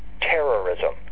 terrorism